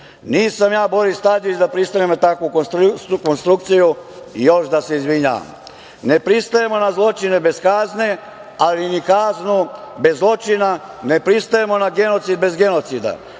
Nisam ja Boris Tadić da pristanem na takvu konstrukciju i još da se izvinjavam. Ne pristajemo na zločine bez kazne, ali ni kaznu bez zločina. Ne pristajemo na genocid bez genocida